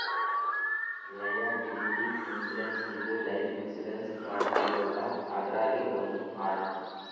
liability insurance ಇದು life insurance ಮಾಡಸ್ತೀವಲ್ಲ ಅದ್ರಾಗೇ ಒಂದ್ ಪಾರ್ಟ್